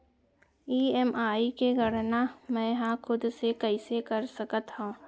EMI के गड़ना मैं हा खुद से कइसे कर सकत हव?